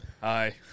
Hi